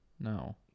No